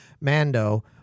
Mando